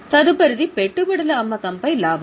తదుపరిది పెట్టుబడుల అమ్మకంపై లాభం